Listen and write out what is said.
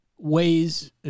ways